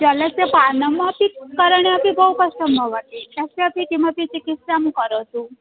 जलस्य पानम् अपि करणे अपि बहुकष्टं भवति तस्य अपि किमपि चिकित्सां करोतु